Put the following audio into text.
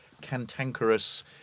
cantankerous